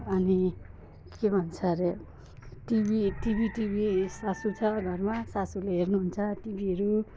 अनिको भन्छ अरे TV TV TV सासू छ घरमा सासूले हेर्नुहुन्छ टिभीहरू